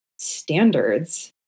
Standards